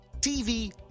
TV